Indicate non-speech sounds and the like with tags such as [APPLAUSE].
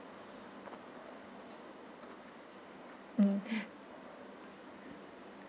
mm [BREATH]